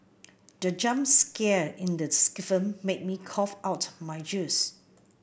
the jump scare in the film made me cough out my juice